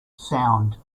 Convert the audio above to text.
sound